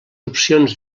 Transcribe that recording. opcions